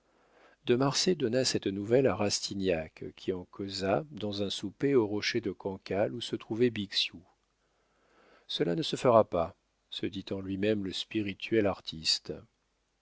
de marsay donna cette nouvelle à rastignac qui en causa dans un souper au rocher de cancale où se trouvait bixiou cela ne se fera pas se dit en lui-même le spirituel artiste